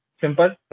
Simple